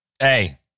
Hey